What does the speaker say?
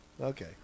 Okay